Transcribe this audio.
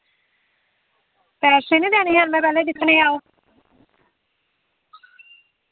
पैसे निं देने ऐ में पैह्लें दिक्खनै गी आओ